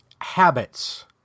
habits